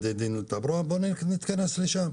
בבתי דין לתעבורה בוא נתכנס לשם,